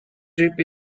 drip